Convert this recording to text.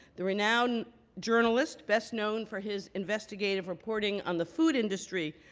the renown journalist best known for his investigative reporting on the food industry.